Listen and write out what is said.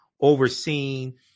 overseen